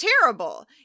terrible